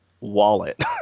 wallet